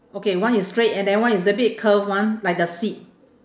okay one is straight and then one is a bit curve one like the seat